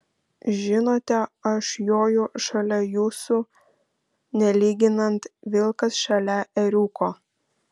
žinote aš joju šalia jūsų nelyginant vilkas šalia ėriuko